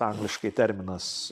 angliškai terminas